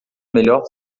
melhor